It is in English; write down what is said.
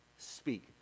speak